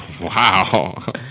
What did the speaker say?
Wow